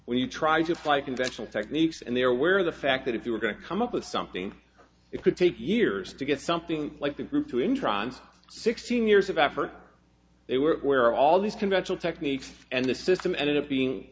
when you try to apply conventional techniques and there where the fact that if you were going to come up with something it could take years to get something like the group to in trance sixteen years of effort they were where all these conventional techniques and the system ended up being